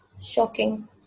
shocking